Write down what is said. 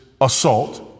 assault